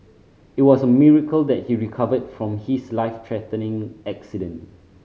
it was a miracle that he recovered from his life threatening accident